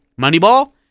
Moneyball